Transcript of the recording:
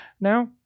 now